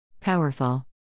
Powerful